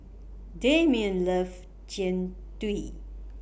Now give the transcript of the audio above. Damion loves Jian Dui